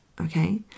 okay